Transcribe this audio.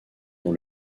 dans